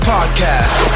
Podcast